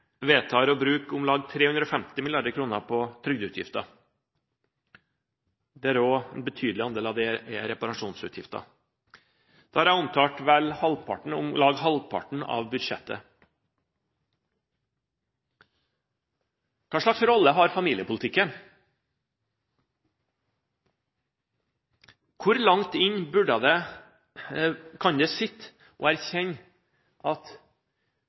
vedtar å bruke om lag 350 mrd. kr på trygdeutgifter. En betydelig andel av det er reparasjonsutgifter. Da har jeg omtalt om lag halvparten av budsjettet. Hva slags rolle har familiepolitikken? Hvor langt inne kan det sitte å erkjenne at